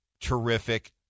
terrific